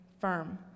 firm